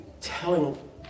telling